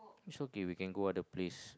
it's okay we can go other place